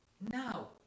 now